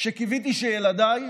שקיוויתי שילדיי